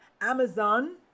amazon